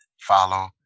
follow